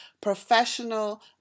professional